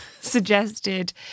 suggested